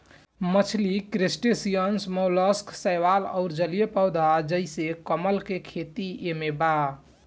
मछली crustaceans mollusc शैवाल अउर जलीय पौधा जइसे कमल के खेती एमे बा